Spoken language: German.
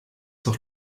doch